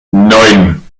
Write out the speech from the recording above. neun